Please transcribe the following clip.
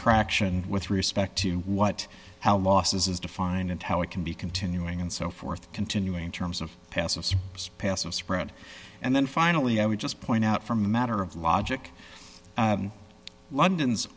traction with respect to what how losses is defined and how it can be continuing and so forth continuing terms of passive passive spread and then finally i would just point out from a matter of logic london's